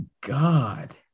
god